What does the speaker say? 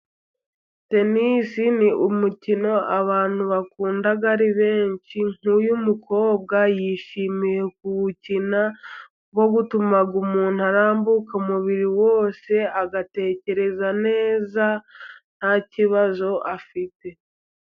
Tenisi ni umukino abantu bakunda ari benshi. Nk’uyu mukobwa yishimiye kuwukina kuko utuma umuntu arambuka umubiri wose, agatekereza neza, nta kibazo afite.